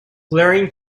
flaring